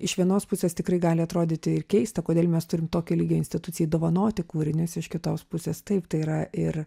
iš vienos pusės tikrai gali atrodyti ir keista kodėl mes turim tokio lygio institucijai dovanoti kūrinius iš kitos pusės taip tai yra ir